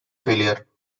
failure